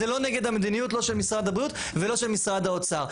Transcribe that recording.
זה לא נגד המדיניות לא של משרד הבריאות ולא של משרד האוצר.